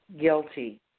Guilty